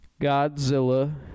Godzilla